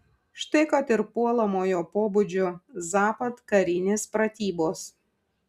štai kad ir puolamojo pobūdžio zapad karinės pratybos